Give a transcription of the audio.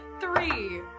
Three